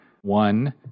one